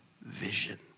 vision